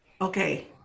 okay